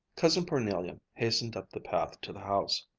cousin parnelia hastened up the path to the house.